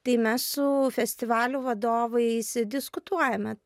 tai mes su festivalių vadovais diskutuojame